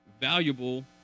valuable